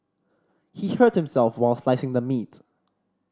he hurt himself while slicing the meats